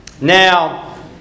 Now